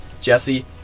Jesse